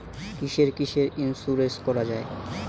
কিসের কিসের ইন্সুরেন্স করা যায়?